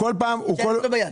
שיישאר אצלו ביד.